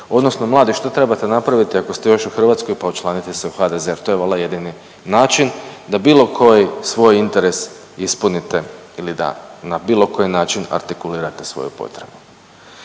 odnosno mladi što trebate napraviti ako ste još u Hrvatskoj pa učlanite se u HDZ, jer to je valjda jedini način da bilo koji svoj interes ispunite ili da na bilo koji način artikulirate svoju potrebu.